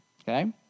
Okay